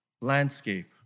landscape